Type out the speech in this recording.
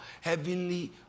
heavenly